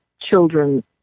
children